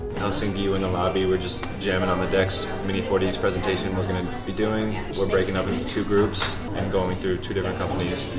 helsinki, we're in the lobby. we're just jamming on the decks, mini four ds presentation we're gonna be doing. we're breaking up into two groups and going through two different companies,